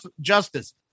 Justice